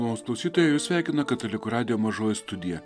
malonūs klausytojai jus sveikina katalikų radijo mažoji studija